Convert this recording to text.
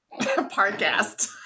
podcast